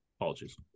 Apologies